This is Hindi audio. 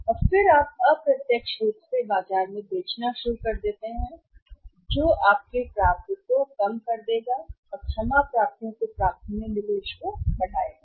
और फिर आप अप्रत्यक्ष रूप से बाजार में बेचना शुरू कर देते हैं जो होता है वह आपके प्राप्य को कम कर देगा क्षमा प्राप्तियों के प्राप्य में निवेश बढ़ेगा